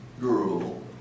girl